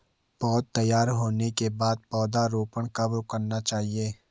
पौध तैयार होने के बाद पौधा रोपण कब करना चाहिए?